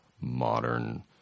modern